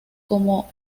como